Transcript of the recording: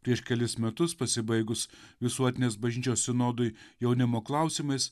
prieš kelis metus pasibaigus visuotinės bažnyčios sinodui jaunimo klausimais